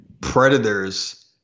Predators